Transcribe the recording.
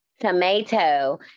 tomato